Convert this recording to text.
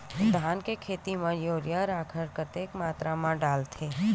धान के खेती म यूरिया राखर कतेक मात्रा म डलथे?